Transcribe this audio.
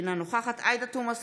אינה נוכחת עאידה תומא סלימאן,